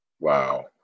Wow